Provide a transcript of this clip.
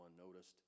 unnoticed